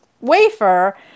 wafer